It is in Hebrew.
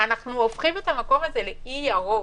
כשאנחנו הופכים את המקום הזה לאי ירוק.